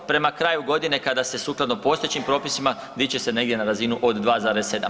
Prema kraju godine kada se sukladno postojećim propisima dići će se negdje na razinu od 2,7.